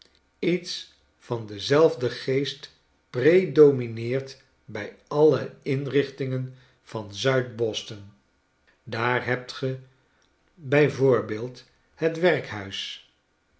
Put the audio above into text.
lets van denzelfden geest predomineert bij al de inrichtingen van zuid boston daar hebt ge bij voorbeeld het